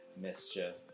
mischief